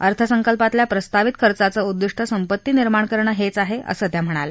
अर्थसंकल्पातल्या प्रस्तावित खर्चाचं उद्दिष्ट संपत्ती निर्माण करणं हेच आहे असं त्या म्हणाल्या